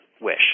wish